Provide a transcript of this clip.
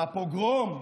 והפוגרום",